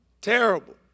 Terrible